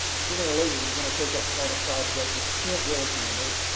sooner or later, you're going to take up on a project that you can't really handle.